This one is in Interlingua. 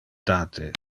date